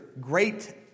great